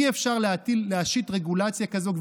אי-אפשר להשית רגולציה כזאת,